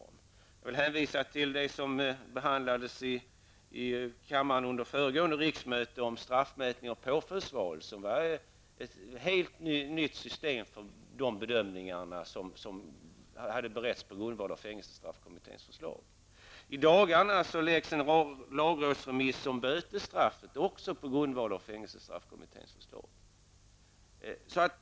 Jag kan hänvisa till behandlingen i kammaren av frågan om straffmätning och påföljdsval på förra riksmötet. Det var ett helt nytt system för bedömningar som hade beretts till följd av fängelsestraffkommitténs förslag. I dag framläggs en lagrådsremiss om bötesstraff, också på grundval av fängelsestraffkommitténs förslag.